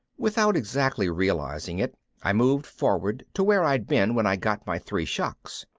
without exactly realizing it i moved forward to where i'd been when i got my three shocks.